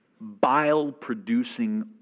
bile-producing